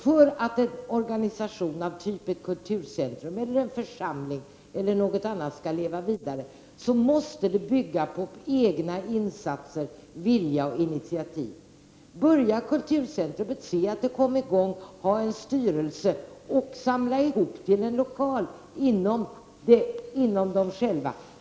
För att en organisation av typ kulturcentrum skall kunna leva vidare måste det bygga på egna insatser, vilja och initiativ. Börja med kulturcentret, se till att det kommer i gång, utse en styrelse och samla ihop till en lokal!